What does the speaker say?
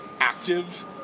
Active